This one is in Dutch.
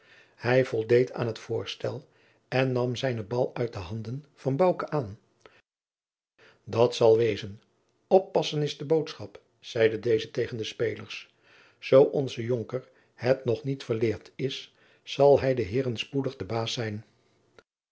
hij voldeed aan het voorstel en nam zijnen bal uit de handen van bouke aan dat zal wezen oppassen is de boodschap zeide deze tegen de spelers zoo onze jonker het nog niet verleerd is zal hij de heeren spoedig de baas zijn